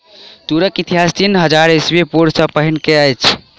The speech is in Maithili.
तूरक इतिहास तीन हजार ईस्वी पूर्व सॅ पहिने के अछि